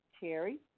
Cherry